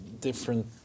different